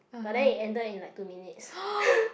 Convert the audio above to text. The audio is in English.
but then it ended in like two minutes